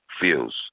feels